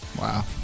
Wow